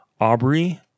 Aubrey